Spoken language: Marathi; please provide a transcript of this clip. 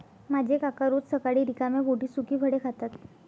माझे काका रोज सकाळी रिकाम्या पोटी सुकी फळे खातात